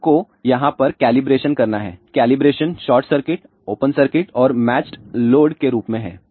आपको यहाँ पर कैलिब्रेशन करना है calibration short circuit open circuit और मैचेड लोड के रूप में हैं